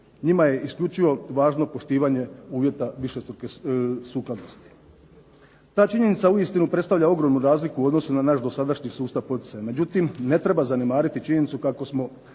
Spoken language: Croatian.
Njima je isključivo važno poštivanje uvjeta višestruke sukladnosti. Ta činjenica uistinu predstavlja ogromnu razliku u odnosu na naš dosadašnji sustav poticaja, međutim ne treba zanemariti činjenicu kako smo